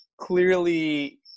clearly